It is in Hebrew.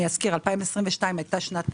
אני אזכיר, 2022 היתה שנת בחירות,